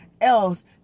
else